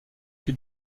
que